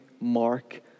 Mark